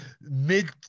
mid